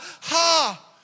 Ha